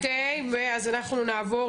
הצבעה